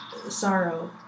sorrow